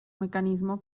mecanismo